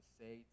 say